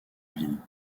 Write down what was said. ville